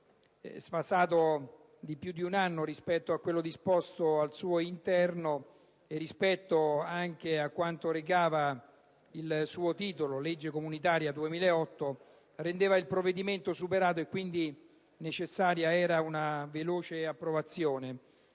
sfasato di più di un anno rispetto a quanto disposto al suo interno e rispetto anche a quanto recava il titolo «Legge comunitaria 2008», rendeva il provvedimento superato, e quindi era necessaria una veloce approvazione.